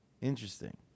Interesting